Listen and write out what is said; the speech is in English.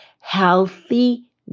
healthy